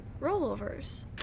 rollovers